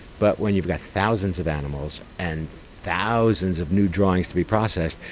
but when you've got thousands of animals and thousands of new drawings to be processed,